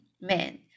man